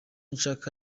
nshaka